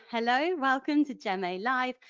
hello! welcome to gem-a live.